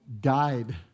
died